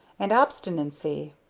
and obstinacy!